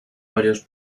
varios